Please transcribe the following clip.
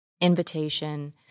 invitation